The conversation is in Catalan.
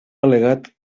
al·legat